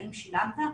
אם שילמת,